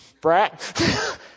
brat